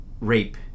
rape